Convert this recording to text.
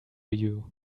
you